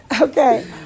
Okay